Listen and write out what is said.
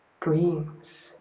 dreams